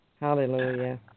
Hallelujah